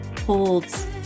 holds